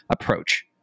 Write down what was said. approach